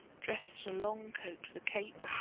dressed in a long coat with a cape,